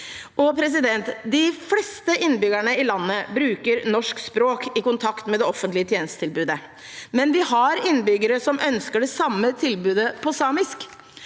vi er inne i. De fleste innbyggerne i landet bruker norsk språk i kontakt med det offentlige tjenestetilbudet, men vi har innbyggere som ønsker det samme tilbudet på samisk.